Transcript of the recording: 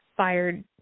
Fired